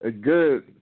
good